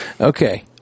Okay